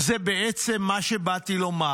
"זה בעצם מה שבאתי לומר.